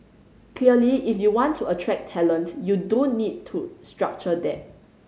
clearly if you want to attract talent you do need to structure that